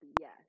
yes